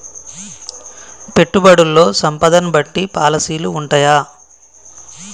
పెట్టుబడుల్లో సంపదను బట్టి పాలసీలు ఉంటయా?